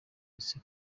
ese